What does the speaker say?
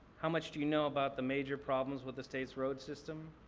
how much do you know about the major problems with the state's road system?